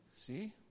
See